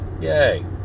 Yay